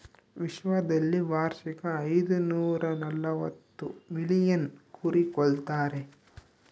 ವಿಶ್ವದಲ್ಲಿ ವಾರ್ಷಿಕ ಐದುನೂರನಲವತ್ತು ಮಿಲಿಯನ್ ಕುರಿ ಕೊಲ್ತಾರೆ